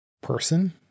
person